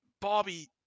Bobby